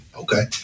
Okay